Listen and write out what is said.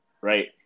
right